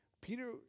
Peter